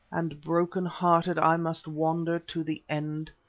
and broken-hearted i must wander to the end.